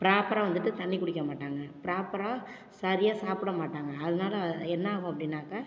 ப்ராப்பராக வந்துட்டு தண்ணி குடிக்க மாட்டாங்க ப்ராப்பராக சரியா சாப்பிட மாட்டாங்க அதனால என்ன ஆகும் அப்படினாக்க